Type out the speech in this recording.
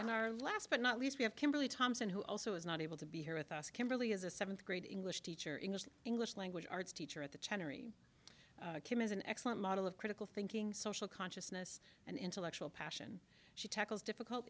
on our last but not least we have kimberly thompson who also is not able to be here with us kimberly is a seventh grade english teacher in the english language arts teacher at the tenor kim is an excellent model of critical thinking social consciousness and intellectual passion she tackles difficult